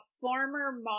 former